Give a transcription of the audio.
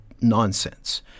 nonsense